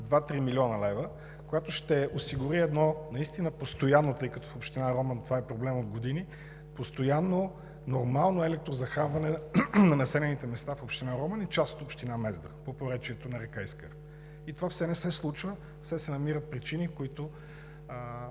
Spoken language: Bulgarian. – 3 млн. лв., която ще осигури наистина постоянно, тъй като в община Роман това е проблем от години, нормално електрозахранване на населените места в общината и част от община Мездра по поречието на река Искър. Това все не се случва. Все се намират причини, които